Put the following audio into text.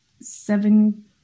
seven